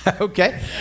okay